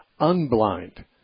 unblind